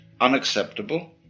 Unacceptable